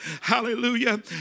Hallelujah